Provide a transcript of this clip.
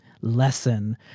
lesson